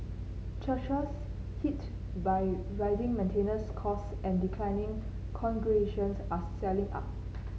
churches hit by rising maintenance costs and declining congregations are selling up